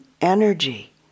energy